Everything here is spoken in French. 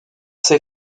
ces